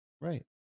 Right